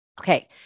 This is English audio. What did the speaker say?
Okay